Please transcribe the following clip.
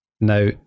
Now